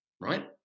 Right